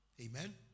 Amen